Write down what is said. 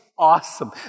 Awesome